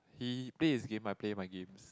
he play his game I play my games